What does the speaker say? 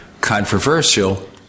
controversial